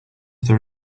there